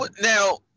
Now